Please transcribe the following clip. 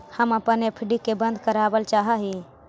हम अपन एफ.डी के बंद करावल चाह ही